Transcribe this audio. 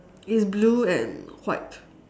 it's blue and white